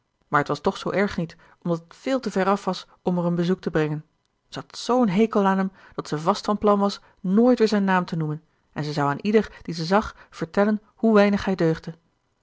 maar t was toch zoo erg niet omdat het veel te veraf was om er een bezoek te brengen ze had zoo'n hekel aan hem dat ze vast van plan was nooit weer zijn naam te noemen en ze zou aan ieder die ze zag vertellen hoe weinig hij deugde